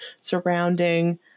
surrounding